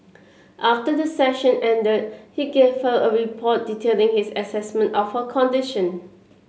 after the session ended he gave her a report detailing his assessment of her condition